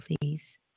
please